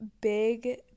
big